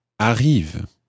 arrive